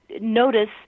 notice